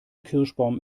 kirschbaum